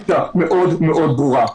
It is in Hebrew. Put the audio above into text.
על כל המרחב הציבורי עם אג'נדה מאוד ברורה.